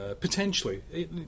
Potentially